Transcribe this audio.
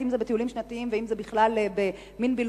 אם בטיולים שנתיים ואם בבילויים משפחתיים,